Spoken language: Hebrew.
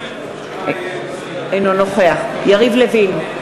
אינו נוכח יריב לוין,